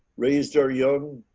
raised our young,